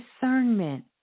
discernment